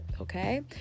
okay